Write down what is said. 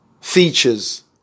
features